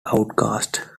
outcast